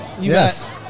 Yes